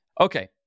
Okay